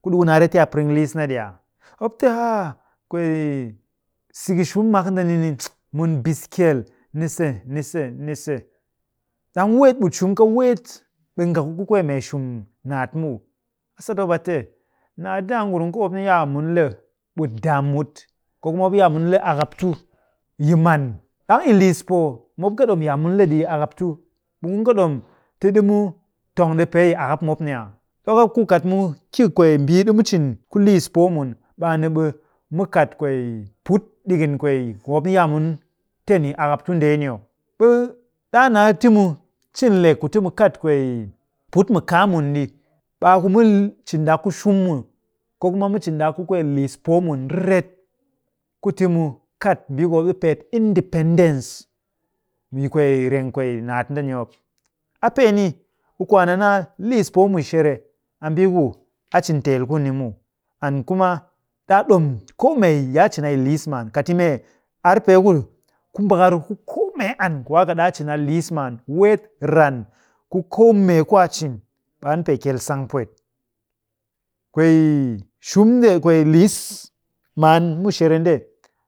Ku ɗiku naa ret ti a piring liss na ɗi aa? Mop te aah kwee siki shum mak ndeni ni, mun bis kyel, nise nise nise. ɗang weet ɓut shumka weet, ɓe ngu ku mee shum naat muw. A sat mop a te, naat nde a ngurum ku mop yaa mun le ɓut daam mut, ko kuma mop yaa mun le akap tu yi man. ɗang yi liis poo, mop kɨ ɗom yaa mun le ɗi yi akap tu. ɓe ngun ke ɗom ti ɗimu tong ɗi pee yi akap mop ni aa? Ɗok a ku kat mu ki kwee mbii ɗimu cin ku liis poo mun, ɓe a ni ɓe mu kat kwee put ɗikin kwee ku mop ni yaa mun ten yi akap tu ndeeni oh. ɓe ɗaa naa timu cin lek ku timu kat kwee put mu kaa mun ɗi, ɓe a ku mu cin ɗak ku shum, ko kuma mu cin ɗak ku kwee liis poo mun riret. Ku timu kat mbiiku mop ɗi peet independence yi kwee, reng kwee naat ndeni mop. A pee ni ɓe kwaan a naa liis poo mushere, a mbii ku a cin teel kuni muw. And kuma ɗaa ɗom koomee, yi a cin a liis maan. Kat yi mee ar pee ku ku mbakar ku koo mee an ku a kɨ ɗaa cin a liis maan weet ran ku koo mee ku a cin, ɓe an pee kyel sang pwet. Kwee shum nde, kwee liis maan mushere nde.